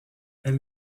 elle